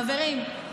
חברים,